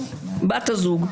בת הזוג.